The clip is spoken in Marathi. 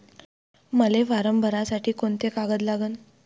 मले फारम भरासाठी कोंते कागद लागन?